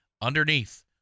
Underneath